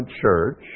church